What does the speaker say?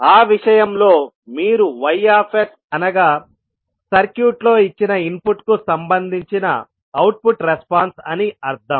ఆ విషయంలో మీరు Yఅనగా సర్క్యూట్లో ఇచ్చిన ఇన్పుట్ కు సంబంధించిన అవుట్పుట్ రెస్పాన్స్ అని అర్థం